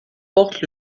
porte